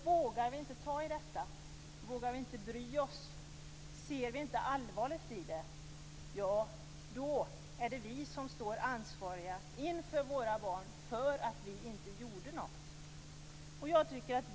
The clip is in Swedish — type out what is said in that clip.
Vågar vi inte ta tag i detta, vågar vi inte bry oss, ser vi inte allvaret i det, då är det vi som står ansvariga inför våra barn för att vi inte gjorde något.